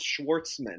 schwartzman